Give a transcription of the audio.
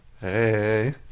Hey